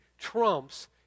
trumps